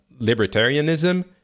libertarianism